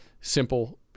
simple